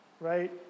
right